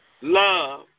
love